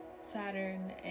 Saturn